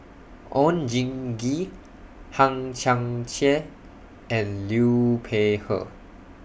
Oon Jin Gee Hang Chang Chieh and Liu Peihe